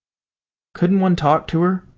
couldn't one talk to her?